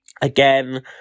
again